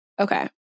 okay